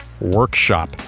workshop